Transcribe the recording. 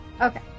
Okay